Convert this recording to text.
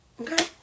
Okay